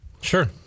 Sure